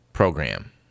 program